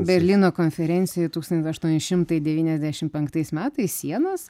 berlyno konferencijoj tūkstantis aštuoni šimtai devyniasdešim penktais metais sienas